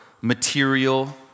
material